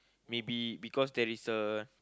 maybe because there is a